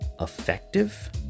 effective